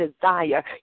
desire